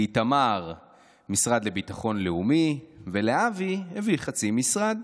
לאיתמר משרד לביטחון לאומי, ולאבי הביא חצי משרד.